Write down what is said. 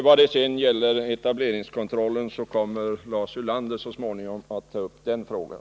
Vad det sedan gäller etableringskontrollen kommer Lars Ulander så småningom att ta upp den frågan.